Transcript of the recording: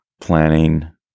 Planning